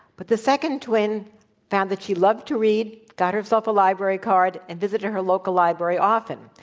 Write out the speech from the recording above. but the second twin found that she loved to read, got herself a library card, and visited her local library often.